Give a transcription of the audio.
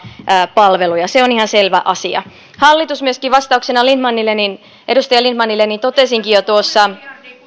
palveluja se on ihan selvä asia vastauksena edustaja lindtmanille totesinkin jo tuossa